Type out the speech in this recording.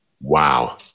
Wow